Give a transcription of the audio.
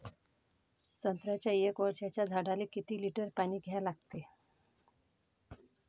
संत्र्याच्या एक वर्षाच्या झाडाले किती लिटर पाणी द्या लागते?